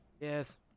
Yes